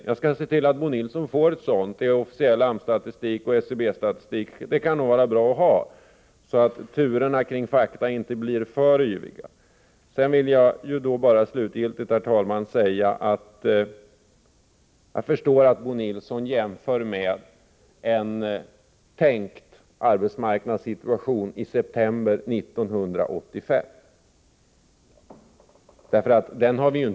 Jag skall se till att Bo Nilsson får ett sådant faktablad, som redovisar officiell AMS-statistik och SCB-statistik. Det kan nog vara bara att ha, så att turerna kring fakta inte blir för yviga. Slutligen, herr talman: Jag förstår att Bo Nilsson jämför med en tänkt arbetsmarknadssituation i september 1985. Den har vi ju inte varit med om än.